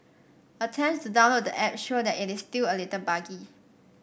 attempts to download the app show that it is still a little buggy